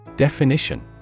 Definition